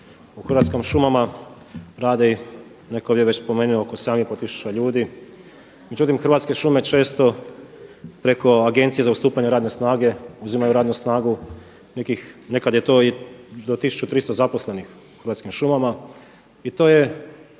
Hrvatske šume često preko Agencije za ustupanje radne snage uzimaju radnu snagu. Nekad je to i do tisući 300 zaposlenih u Hrvatskim šumama